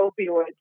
opioids